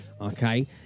okay